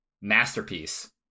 Masterpiece